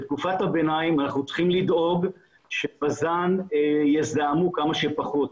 בתקופת הביניים אנחנו צריכים לדאוג שבז"ן יזהמו כמה שפחות.